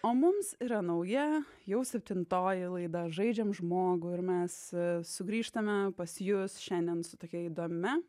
o mums yra nauja jau septintoji laida žaidžiam žmogų ir mes sugrįžtame pas jus šiandien su tokia įdomia